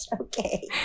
Okay